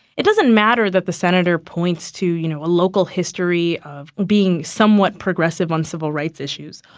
it doesn't matter that the senator points to you know a local history of being somewhat progressive on civil rights issues,